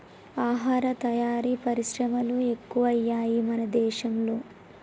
ఆహార తయారీ పరిశ్రమలు ఎక్కువయ్యాయి మన దేశం లో